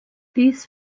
dies